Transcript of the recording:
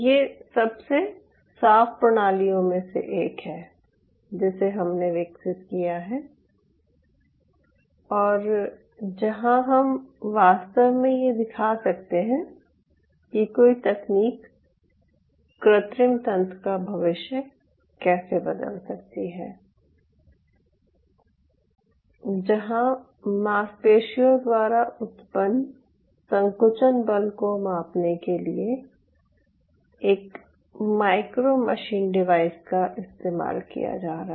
यह सबसे साफ प्रणालियों में से एक है जिसे हमने विकसित किया है और जहां हम वास्तव में ये दिखा सकते हैं कि कोई तकनीक कृत्रिम तंत्र का भविष्य कैसे बदल सकती है जहां मांसपेशियों द्वारा उत्पन्न संकुचन बल को मापने के लिए एक माइक्रो मशीन डिवाइस का इस्तेमाल किया जा रहा है